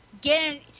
get